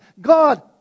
God